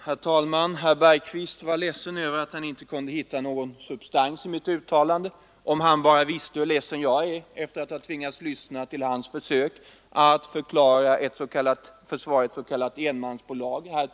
Herr talman! Herr Bergqvist var ledsen över att han inte kunde hitta någon substans i mitt uttalande. Jag är lika ledsen över att ha tvingats lyssna till hans märkliga försök tidigare i kväll att försvara ett s.k. enmansbolag.